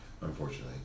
unfortunately